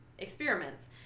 experiments